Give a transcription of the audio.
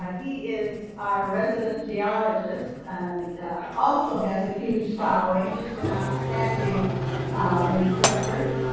he is our resident geologist, also has a huge following. just an outstanding instructor.